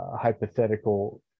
hypothetical